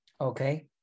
Okay